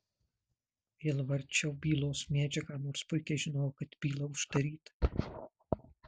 vėl varčiau bylos medžiagą nors puikiai žinojau kad byla uždaryta